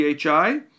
PHI